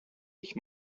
ich